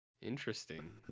Interesting